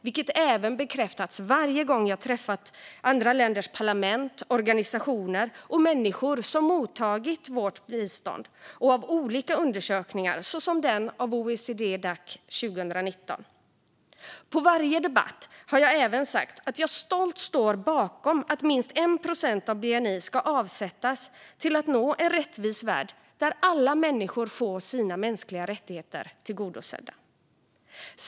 Detta har även bekräftats varje gång jag har träffat andra länders parlament och organisationer och människor som mottagit vårt bistånd. Det har också bekräftats av olika undersökningar, såsom den av OECD-Dac 2019. I varje debatt har jag även sagt att jag stolt står bakom att minst 1 procent av bni ska avsättas till att nå en rättvis värld där alla får sina mänskliga rättigheter tillgodosedda.